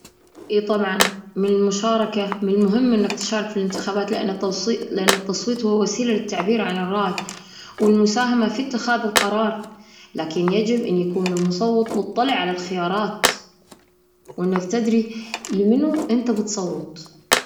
إيه، طبعا، من المشاركة من المهم إنك تشارك في الانتخابات، لأن التوصيت-التصويت هو وسيلة للتعبير عن الرأي والمساهمة في اتخاذ القرار. لكن يجب أن يكون المصوت مطلع على الخيارات، وإنه يستدري لمنو أنت بتصوت.